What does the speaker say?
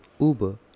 Uber